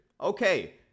Okay